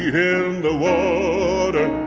in the water,